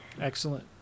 Excellent